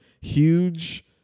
huge